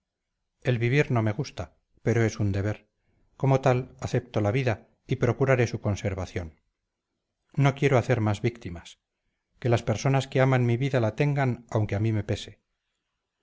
el vivir no me gusta pero es un deber como tal acepto la vida y procuraré su conservación no quiero hacer más víctimas que las personas que aman mi vida la tengan aunque a mí me pese